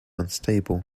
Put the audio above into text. unstable